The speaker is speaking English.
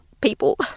people